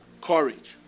Courage